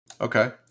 Okay